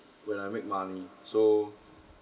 when I make money so